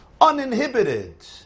uninhibited